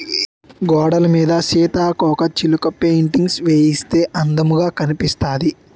గోడలమీద సీతాకోకచిలక పెయింటింగ్స్ వేయిస్తే అందముగా కనిపిస్తాది